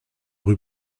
rue